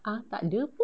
ah takde pun